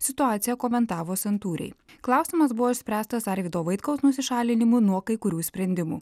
situaciją komentavo santūriai klausimas buvo išspręstas arvydo vaitkaus nusišalinimu nuo kai kurių sprendimų